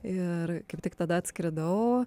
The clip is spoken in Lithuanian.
ir kaip tik tada atskridau